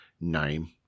name